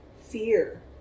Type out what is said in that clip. fear